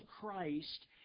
Christ